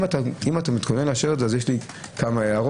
אם אתה מתכונן לאשר את זה אז יש לי כמה הערות.